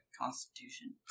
Constitution